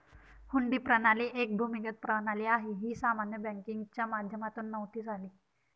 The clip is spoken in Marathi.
हुंडी प्रणाली एक भूमिगत प्रणाली आहे, ही सामान्य बँकिंगच्या माध्यमातून नव्हती झाली